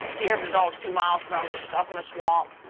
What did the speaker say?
here for the dogs two miles from you stuck in a swamp,